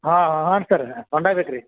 ಹಾಂ ಹಾಂ ಸರ್ ಹೊಂಡ ಬೇಕು ರೀ